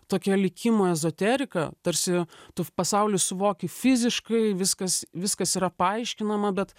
tokia likimo ezoterika tarsi tu pasaulį suvoki fiziškai viskas viskas yra paaiškinama bet